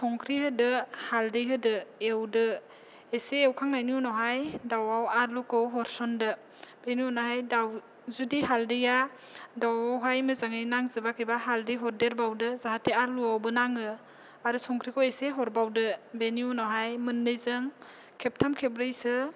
संख्रि होदो हालदै होदो एवदो एसे एवखांनायनि उनावहाय दाउवावहाय आलुखौ हरसनदो बेनि उनावहाय जुदि हाल्दैया दाउवावहाय मोजाङै नाङाखैबा हाल्दै हरदेरबावदो जाहाथे आलुवावबो नाङो आरो संख्रिखौ एसे हरबावदो बेनि उनावहाय मोननैजों खेबथाम खेब्रैसो